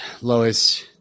Lois